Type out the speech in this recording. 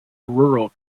rural